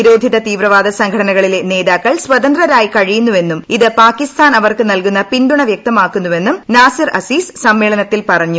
നിരോഗ്ദിത് തീവ്രവാദ സംഘടനകളിലെ നേതാക്കൾ സ്വതന്ത്രരായി കഴിയുന്നുവെന്നും ഇത് പാകിസ്ഥാൻ അവർക്ക് നൽകുന്ന പിന്തുണ വൃക്തമാക്കുന്നുവെന്നും നാസിർ അസീസ് സമ്മേളനത്തിൽ പറഞ്ഞു